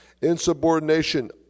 Insubordination